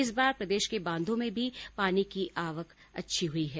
इस बार प्रदेश के बांधों में भी पानी की अच्छी आवक हुई है